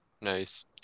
Nice